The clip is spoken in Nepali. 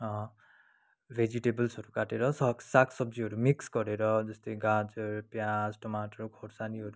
भेजिटेबल्सहरू काटेर सागसब्जीहरू मिक्स गरेर जस्तै गाजर प्याज टमाटर खोर्सानीहरू